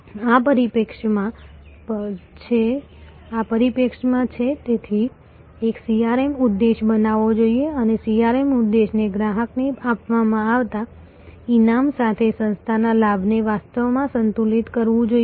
આ પરિપ્રેક્ષ્યમાં છે તેથી એક CRM ઉદ્દેશ્ય બનાવવો જોઈએ અને CRM ઉદ્દેશ્યએ ગ્રાહકને આપવામાં આવતા ઈનામ સાથે સંસ્થાના લાભને વાસ્તવમાં સંતુલિત કરવું જોઈએ